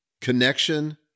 connection